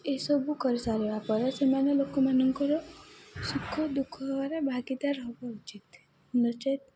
ଏସବୁ କରିସାରିବା ପରେ ସେମାନେ ଲୋକମାନଙ୍କର ସୁଖ ଦୁଃଖ ହବାରେ ଭାଗିଦାର ହବା ଉଚିତ ନଚେତ୍